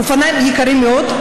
אופניים יקרים מאוד,